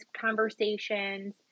conversations